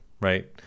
right